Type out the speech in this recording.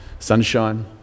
Sunshine